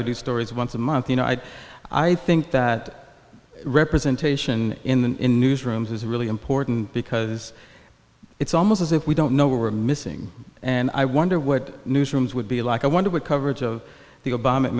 do stories once a month you know i i think that representation in newsrooms is a really important because it's almost as if we don't know what we're missing and i wonder what newsrooms would be like i wonder what coverage of the obama a